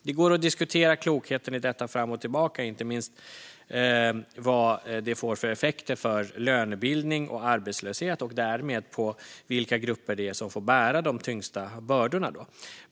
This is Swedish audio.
Det går att diskutera klokheten i detta fram och tillbaka, inte minst när det gäller vad det får för effekter på lönebildning och arbetslöshet och därmed på vilka grupper det är som får bära de tyngsta bördorna då.